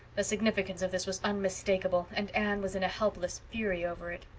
the significance of this was unmistakable and anne was in a helpless fury over it.